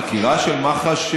החקירה של מח"ש,